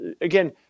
again